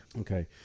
Okay